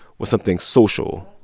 with something social,